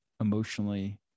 emotionally